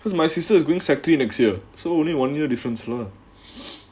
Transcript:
'because my sister's going set three next year so only one year difference lah